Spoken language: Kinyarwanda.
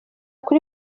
kuri